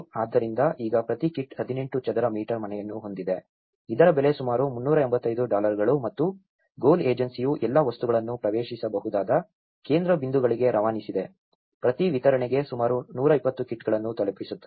ಆದ್ದರಿಂದ ಈಗ ಪ್ರತಿ ಕಿಟ್ 18 ಚದರ ಮೀಟರ್ ಮನೆಯನ್ನು ಹೊಂದಿದೆ ಇದರ ಬೆಲೆ ಸುಮಾರು 385 ಡಾಲರ್ಗಳು ಮತ್ತು ಗೋಲ್ ಏಜೆನ್ಸಿಯು ಎಲ್ಲಾ ವಸ್ತುಗಳನ್ನು ಪ್ರವೇಶಿಸಬಹುದಾದ ಕೇಂದ್ರ ಬಿಂದುಗಳಿಗೆ ರವಾನಿಸಿದೆ ಪ್ರತಿ ವಿತರಣೆಗೆ ಸುಮಾರು 120 ಕಿಟ್ಗಳನ್ನು ತಲುಪಿಸುತ್ತದೆ